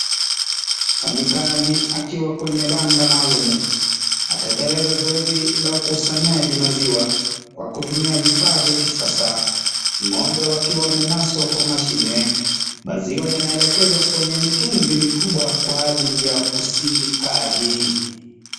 Mfanyikazi akiwa kwenye banda maalumu, ateleleza zoezi la ukusanyaji maziwa kwa kutumia vifaa vya kisasa. Ngombe wakiwa wamenaswa kwa mashine, maziwa yanaelekezwa kwenye mitungi mikubwa kwa minajili ya usindikaji.